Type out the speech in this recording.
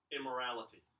Immorality